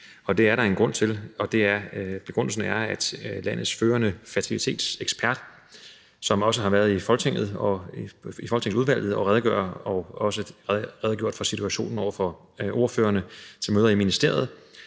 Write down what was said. og det er der en grund til. Begrundelsen er, at landets førende fertilitetsekspert, som også har været i udvalget i Folketinget og redegjort for situationen og også redegjort for den over for ordførerne til møder i ministeriet,